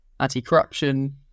anti-corruption